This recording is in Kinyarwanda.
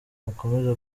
mukomeze